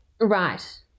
Right